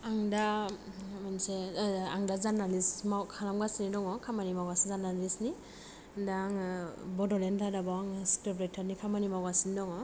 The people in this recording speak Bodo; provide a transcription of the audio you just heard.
आं दा मोनसे आं दा जार्नालिस खालामगासिनो दङ खामानि मावगासिनो दङ जार्नालिसनि दा आङो बडलेण्ड रादाबाव आङो स्ख्रिब रायथारनि खामानि मावगासिनो दङ